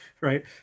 right